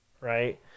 right